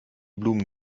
blumen